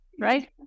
right